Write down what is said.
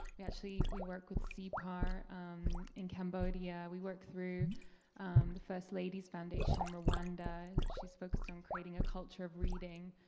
actually, we worked with sipar in cambodia. we worked through the first lady's foundation in rwanda. she is focused on creating a culture of reading.